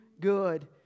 good